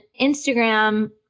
Instagram